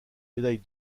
médaille